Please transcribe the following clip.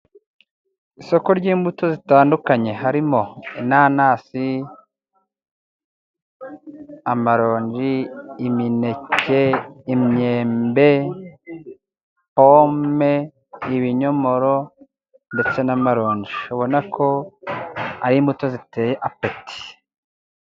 Isoko ry'imbuto zitandukanye, harimo inanasi, amaronji, imineke, imyembe, pome, ibinyomoro, ndetse n'amaronji. ubona ko ari imbuto ziteye apeti.